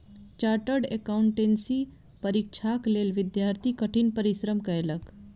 chartered accountancy परीक्षाक लेल विद्यार्थी कठिन परिश्रम कएलक